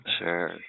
Sure